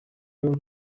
over